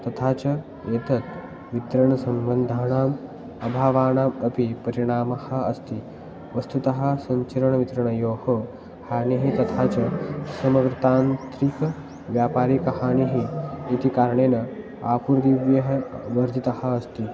तथा च एतत् वितरणसम्बन्धानाम् अभावानाम् अपि परिणामः अस्ति वस्तुतः सञ्चरणवितरणयोः हानिः तथा च समग्र तान्त्रिकव्यापारिकहानिः इति कारणेन आपूर्दिव्यः वर्धितः अस्ति